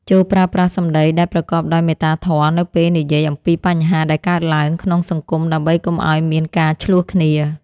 ចូរប្រើប្រាស់សម្តីដែលប្រកបដោយមេត្តាធម៌នៅពេលនិយាយអំពីបញ្ហាដែលកើតឡើងក្នុងសង្គមដើម្បីកុំឱ្យមានការឈ្លោះគ្នា។